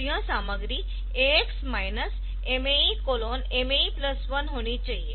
तो यह सामग्री AX MAE MAE 1 होनी चाहिए